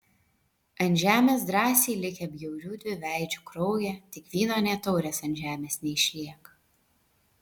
ant žemės drąsiai likę bjaurių dviveidžių kraują tik vyno nė taurės ant žemės neišliek